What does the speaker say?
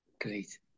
great